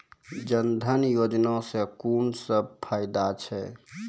जनधन योजना सॅ कून सब फायदा छै?